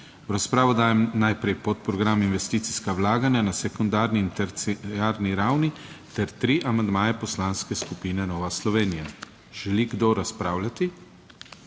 V razpravo dajem najprej podprogram Investicijska vlaganja na sekundarni in terciarni ravni ter tri amandmaje Poslanske skupine Nova Slovenija. Želi kdo razpravljati?